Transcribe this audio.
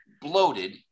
bloated